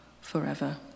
forever